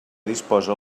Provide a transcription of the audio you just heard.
disposa